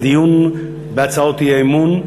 אנחנו מתחילים את הדיון בהצעות האי-אמון.